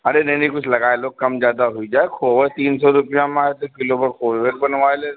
अरे नहीं नहीं कुछ लगा लो कम ज़्यादा हुई जाय खोवा तीन सौ रुपया में है तौ किलो भर खोयय बनवाय लेवे